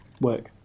work